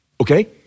Okay